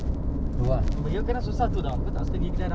aku ada bilang kalau engkau bagi dia ini price aku pun beli